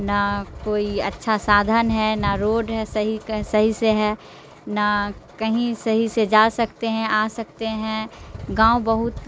نہ کوئی اچھا سادھن ہے نہ روڈ ہے صحیح صحیح سے ہے نہ کہیں صحیح سے جا سکتے ہیں آ سکتے ہیں گاؤں بہت